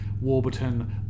Warburton